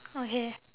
okay